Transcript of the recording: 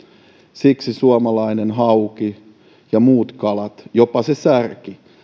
siksi suomalainen hauki ja muut kalat jopa se särki